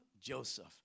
Joseph